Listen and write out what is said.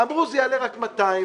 אמרו שזה יעלה רק 200,